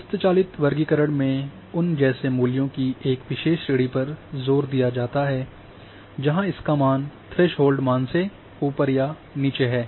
हस्तचालित वर्गीकरण में उन जैसे मूल्यों की एक विशेष श्रेणी पर जोर दिया जाता है जहाँ इसका मान थ्रेशोल्ड मान से ऊपर या नीचे है